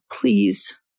please